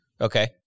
Okay